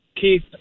Keith